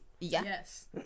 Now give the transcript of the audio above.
Yes